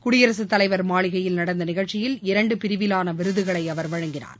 குடியரசுத் தலைவர் மாளிகையில் நடந்த நிகழ்ச்சியில் இரண்டு பிரிவிலான விருதுகளை அவர் வழங்கினார்